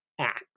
Act